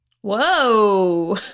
whoa